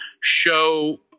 show